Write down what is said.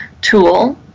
tool